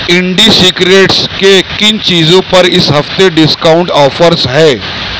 indie Secrets کے کن چیزوں پر اس ہفتے ڈسکاؤنٹ آفرس ہے